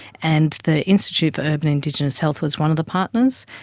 and the institute for urban indigenous health was one of the partners,